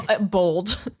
Bold